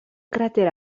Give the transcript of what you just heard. cràter